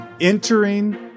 Entering